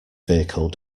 vehicle